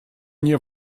nie